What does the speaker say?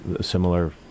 similar